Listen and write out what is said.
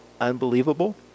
unbelievable